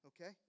okay